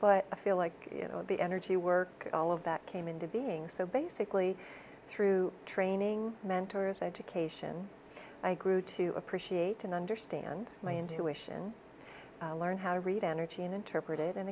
but i feel like you know the energy work all of that came into being so basically through training mentors education i grew to appreciate and understand my intuition learn how to read energy and interpret it and